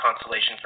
consolation